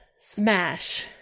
Smash